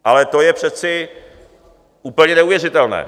Ale to je přece úplně neuvěřitelné.